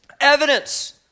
evidence